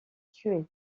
tué